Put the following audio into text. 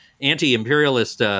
anti-imperialist